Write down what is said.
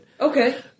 Okay